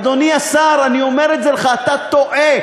אדוני השר, אני אומר את זה לך, אתה טועה.